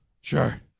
Sure